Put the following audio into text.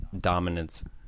dominance